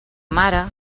mare